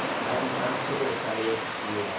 i'm i'm super excited to